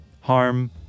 harm